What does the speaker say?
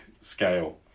scale